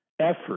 effort